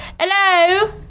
Hello